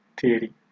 Theory